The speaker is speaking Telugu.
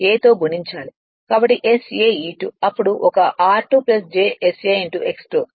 తో గుణించాలి కాబట్టి Sa E2 అప్పుడు ఒక r2 j s a X 2 లెక్కింపు మరియు హారం a